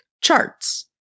charts